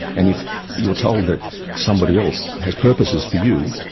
and if you're told that somebody else has purposes for you,